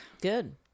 Good